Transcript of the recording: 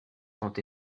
sont